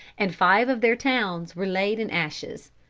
and five of their towns were laid in ashes.